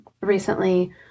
recently